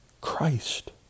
Christ